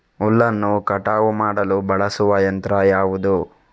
ಹುಲ್ಲನ್ನು ಕಟಾವು ಮಾಡಲು ಬಳಸುವ ಯಂತ್ರ ಯಾವುದು?